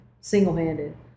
single-handed